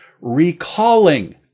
recalling